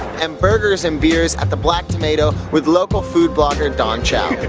and burgers and beers at the black tomato with local food blogger don chow.